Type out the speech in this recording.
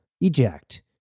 Eject